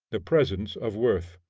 the presence of worth.